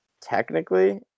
technically